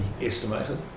estimated